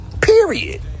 Period